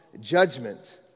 judgment